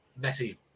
Messi